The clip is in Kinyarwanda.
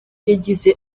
yagize